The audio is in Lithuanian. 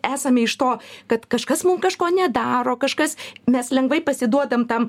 esame iš to kad kažkas mum kažko nedaro kažkas mes lengvai pasiduodam tam